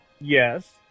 Yes